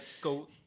go